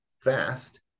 fast